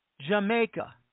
Jamaica